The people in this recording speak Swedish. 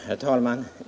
Herr talman!